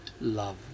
love